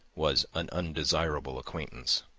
was an undesirable acquaintance.